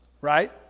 right